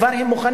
כבר הם מוכנים.